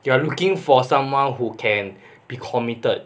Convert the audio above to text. you are looking for someone who can be committed